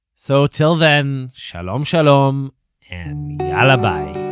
so till then, shalom shalom and yalla bye